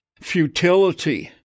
futility